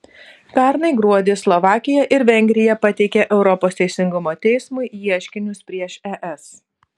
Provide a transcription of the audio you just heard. pernai gruodį slovakija ir vengrija pateikė europos teisingumo teismui ieškinius prieš es